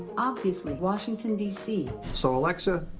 obviously, washington, dc. so, alexa,